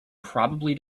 probably